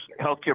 Healthcare